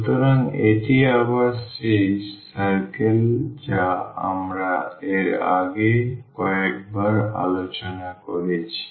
সুতরাং এটি আবার সেই circle যা আমরা এর আগে কয়েকবার আলোচনা করেছি